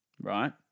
right